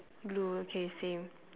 blue okay same